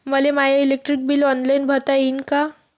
मले माय electric bill online भरता येईन का?